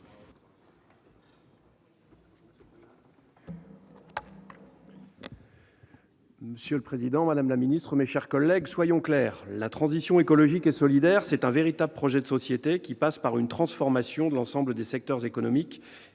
Monsieur le président, madame la ministre, mes chers collègues, soyons clairs : la transition écologique et solidaire est un véritable projet de société, qui passe par une transformation de l'ensemble des secteurs économiques